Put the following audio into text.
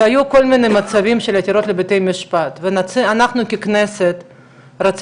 שהיו כל מיני מצבים של עתירות לבתי משפט ואנחנו ככנסת רצינו,